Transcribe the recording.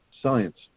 science